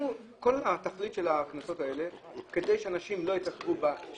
כל התכלית של הקנסות האלה היא כדי שאנשים לא יתעכבו ליד הנהג.